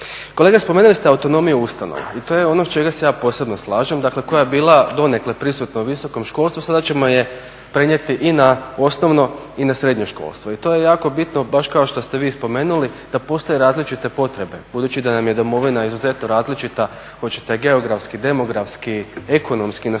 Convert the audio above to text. Kolega spomenuli ste autonomiju ustanova i to je ono oko čega se ja posebno slažem, dakle koja je bila donekle prisutna u visokom školstvu sada ćemo je prenijeti i na osnovno i na srednje školstvo i to je jako bitno baš kao što ste vi i spomenuli da postoje različite potrebe. Budući da nam je domovina izuzetno različita hoćete geografski, demografski, ekonomski na svaki